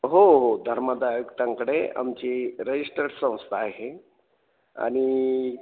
हो हो धर्मादायकत्यांकडे आमची रजिस्टर्ड संस्था आहे आणि